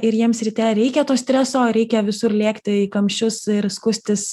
ir jiems ryte reikia to streso reikia visur lėkti į kamščius ir skustis